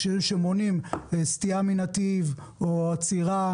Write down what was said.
שמונעים סטייה מנתיב או עצירה.